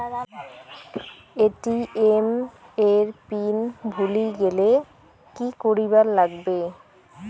ATM এর pin ভুলি গেলে কি করিবার লাগবে?